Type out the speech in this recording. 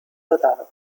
dotado